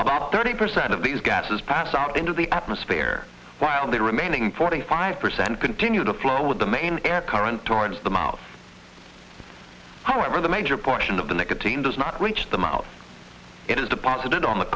about thirty percent of these gases pass out into the atmosphere while the remaining forty five percent continue to flow with the main air current towards the mouth however the major portion of the nicotine does not reach the mouth it is deposited on the